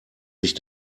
sich